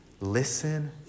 listen